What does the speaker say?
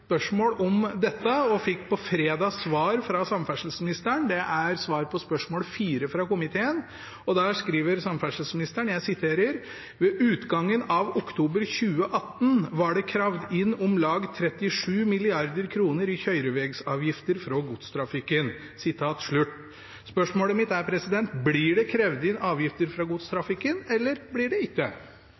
spørsmål om dette og fikk på fredag svar fra samferdselsministeren. Det er svar på spørsmål 4 fra komiteen. Der skriver samferdselsministeren at det ved utgangen av oktober 2018 var krevd inn om lag 37 mrd. kr i kjørevegsavgifter fra godstrafikken. Spørsmålet mitt er: Blir det krevd inn avgifter fra godstrafikken, eller blir det ikke